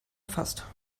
erfasst